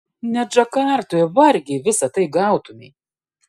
net džakartoje vargiai visa tai gautumei